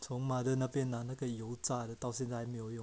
从 mother 那边拿那个油炸的到现在还没有用